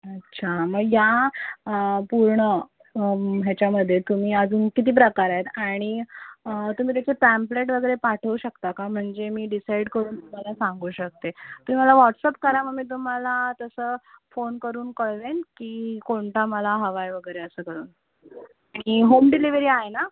अच्छा मग या पूर्ण ह्याच्यामध्ये तुम्ही अजून किती प्रकार आहेत आणि तुम्ही त्याचे पॅम्प्लेट वगैरे पाठवू शकता का म्हणजे मी डिसाईड करून तुम्हाला सांगू शकते तुम्ही मला वॉटसअप करा मग मी तुम्हाला तसं फोन करून कळवेन की कोणता मला हवा आहे वगैरे असं करून आणि होम डिलेवरी आहे ना